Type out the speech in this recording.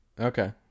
Okay